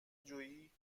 جویی